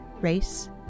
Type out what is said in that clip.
race